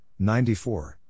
94